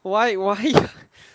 why why